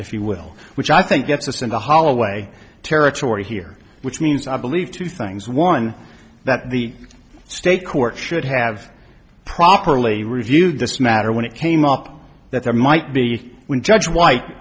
if you will which i think gets us into holloway territory here which means i believe two things one that the state court should have properly reviewed this matter when it came up that there might be when judge